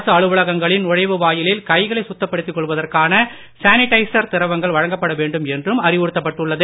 அரசு அலுவலகங்களின் நுழைவு வாயிலில் கைகளை சுத்தப்படுத்திக் கொள்வதற்கான சேனிடைசர் திரவங்கள் வழங்கப்பட வேண்டும் என்றும் அறிவுறுத்தப்பட்டுள்ளது